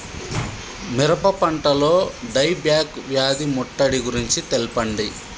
మిరప పంటలో dieback వ్యాధి ముట్టడి గురించి తెల్పండి?